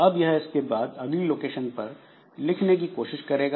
अब यह इसके बाद अगली लोकेशन पर लिखने की कोशिश करेगा